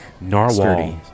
narwhal